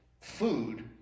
Food